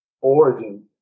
origin